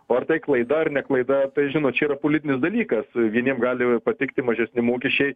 o ar tai klaida ar ne klaida bet žinot yra politinis dalykas vieniems gali patikti mažesni mokesčiai